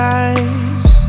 eyes